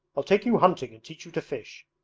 i'll take you hunting and teach you to fish.